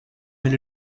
mais